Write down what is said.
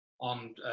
on